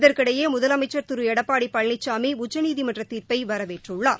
இதற்கிடையே முதலமைச்சர் திரு எடப்பாடி பழனிசாமி உச்சநீதிமன்றத் தீர்ப்பை வரவேற்றுள்ளார்